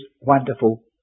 wonderful